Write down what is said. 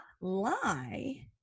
lie